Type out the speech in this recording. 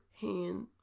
hand